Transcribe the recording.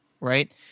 right